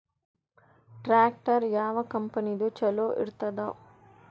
Tractor ಯಾವ ಕಂಪನಿದು ಚಲೋ ಇರತದ?